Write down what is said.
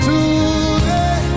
Today